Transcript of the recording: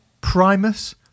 Primus